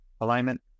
alignment